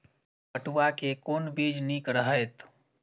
पटुआ के कोन बीज निक रहैत?